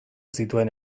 zituen